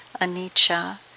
Anicca